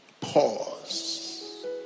Pause